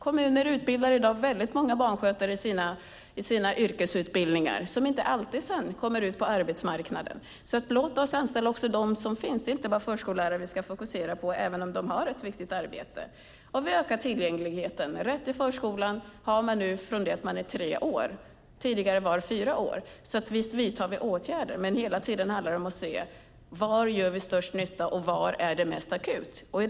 Kommunerna utbildar i dag många barnskötare i sina yrkesutbildningar, men de kommer inte alltid ut på arbetsmarknaden. Låt oss anställa dem som finns och inte bara fokusera på förskollärare, även om de har ett viktigt arbete. Vi har ökat tillgängligheten. Rätt till förskola har man nu från det att man är tre år. Tidigare var det fyra år. Vi vidtar alltså åtgärder, men hela tiden handlar det om att se var vi gör störst nytta och var det är mest akut.